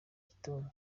gitondo